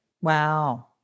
Wow